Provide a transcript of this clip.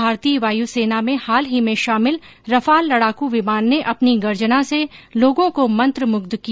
भारतीय वायू सेना में हाल ही में शामिल रफाल लडाकू विमान ने अपनी गर्जना से लोगों को मंत्रमुग्ध किया